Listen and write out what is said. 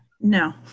no